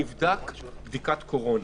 נבדק בדיקת קורונה,